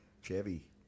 Chevy